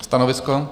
Stanovisko?